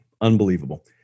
Unbelievable